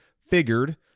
figured